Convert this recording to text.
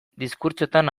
diskurtsoetan